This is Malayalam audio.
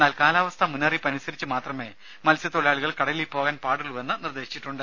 എന്നാൽ കാലാവസ്ഥാ മുന്നറിയിപ്പ് അനുസരിച്ചു മാത്രമേ മത്സ്യതൊഴിലാളികൾ കടലിൽ പോകാൻ പാടുള്ളൂവെന്നും നിർദേശിച്ചിട്ടുണ്ട്